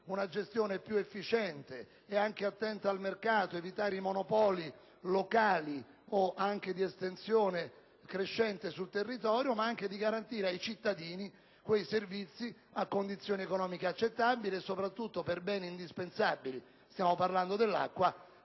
una gestione più efficiente ed anche attenta al mercato, di evitare monopoli locali o monopoli di estensione crescente sul territorio, ma anche di garantire ai cittadini quei servizi a condizioni economiche accettabili, soprattutto per beni indispensabili - stiamo parlando dell'acqua